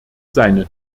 seine